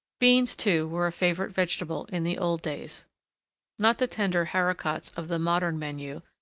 beans, too, were a favourite vegetable in the old days not the tender haricots of the modern menu,